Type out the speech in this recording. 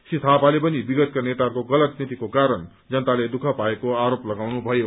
श्री थापाले पनि विगतका नेताहरूको गलत नीतिको कारण जनताले दुःख पाएको आरोप लगाउनु भयो